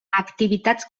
activitats